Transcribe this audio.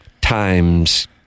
times